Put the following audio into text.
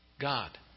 God